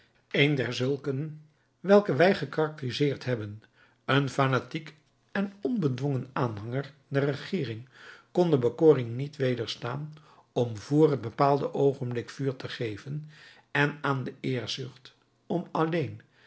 een derzulken welke wij gekarakteriseerd hebben een fanatiek en onbedwongen aanhanger der regeering kon de bekoring niet wederstaan om vr het bepaalde oogenblik vuur te geven en aan de eerzucht om alleen